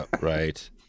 right